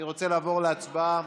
אני רוצה לעבור להצבעה.